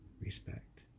respect